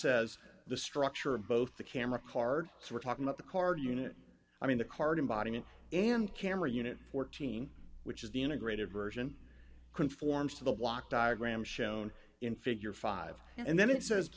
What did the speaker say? says the structure of both the camera card is we're talking about the card unit i mean the card in body and camera unit fourteen which is the integrated version conforms to the block diagram shown in figure five and then it says